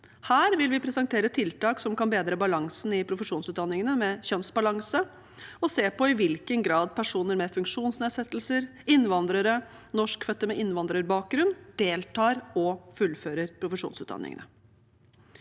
Her vil vi presentere tiltak som kan bedre balansen i profesjonsutdanningene med kjønnsubalanse, og se på i hvilken grad personer med funksjonsnedsettelser, innvandrere og norskfødte med innvandrerbakgrunn deltar og fullfører profesjonsutdanningene.